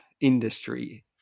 industry